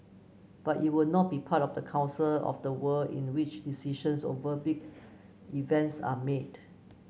but it will not be part of the council of the world in which decisions over big events are made